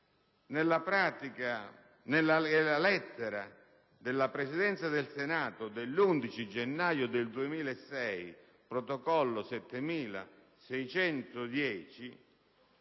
nella lettera della Presidenza del Senato dell'11 gennaio 2006, protocollo n. 7610,